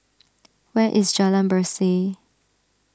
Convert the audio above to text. where is Jalan Berseh